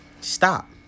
stop